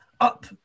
up